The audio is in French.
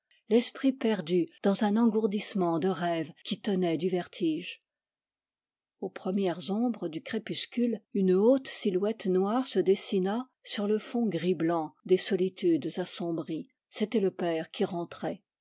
l'esprit perdu dans un engourdissement de rêve qui tenait du vertige aux premières ombres du crépuscule une haute silhouette noire se dessina sur le fond gris blanc des solitudes assombries c'était le père qui rentrait